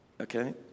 okay